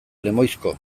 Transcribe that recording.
lemoizko